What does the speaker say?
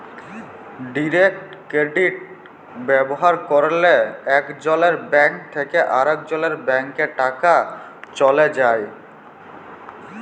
direct credit ব্যাভার ক্যরলে একজলের ব্যাংক থ্যাকে আরেকজলের ব্যাংকে টাকা চ্যলে যায়